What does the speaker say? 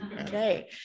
okay